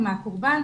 מהקורבן,